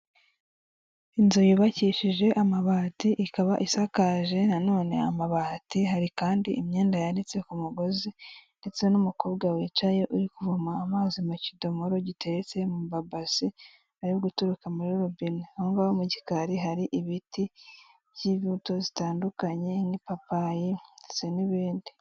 Inzu yubakishije amabati ikaba isakaje na none amabati, hari kandi imyenda yanitse ku mugozi ndetse n'umukobwa wicaye uri kuvoma amazi mu kidomoro giteretse mu mabasi ari guturuka muri robine, ahongaho mu gikari hari ibiti by'imbuto zitandukanye nk'ipapayi ndetse n'ibindi.